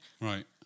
Right